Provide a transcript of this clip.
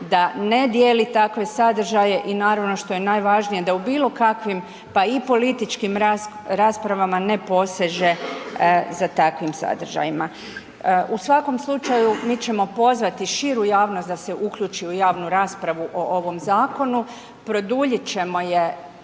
da ne dijeli takve sadržaje i naravno što je najvažnije da u bilo kakvim pa i političkim raspravama ne poseže za takvim sadržajima. U svakom slučaju mi ćemo pozvati širu javnost da se uključi u javnu raspravu o ovom zakonu, produljiti ćemo je